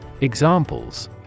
Examples